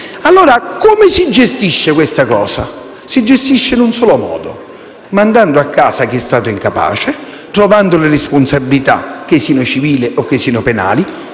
Allora, come si gestisce questa cosa? Si gestisce in un solo modo: mandando a casa chi è stato incapace, individuando le responsabilità, civili o penali;